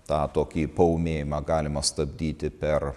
tą tokį paūmėjimą galima stabdyti per